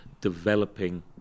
developing